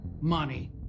money